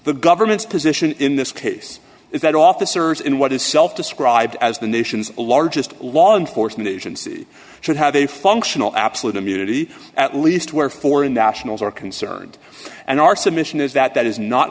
the government's position in this case is that officers in what is self described as the nation's largest law enforcement agency should have a functional absolute immunity at least where foreign nationals are concerned and our submission is that that is not